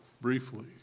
briefly